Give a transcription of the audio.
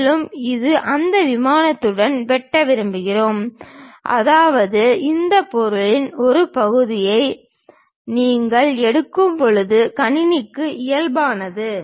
மேலும் இதை அந்த விமானத்துடன் வெட்ட விரும்புகிறோம் அதாவது அந்த பொருளின் ஒரு பகுதியை நீங்கள் எடுக்கப் போகும் கணினிக்கு இயல்பானது